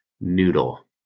noodle